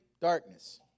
darkness